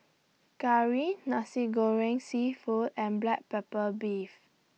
Curry Nasi Goreng Seafood and Black Pepper Beef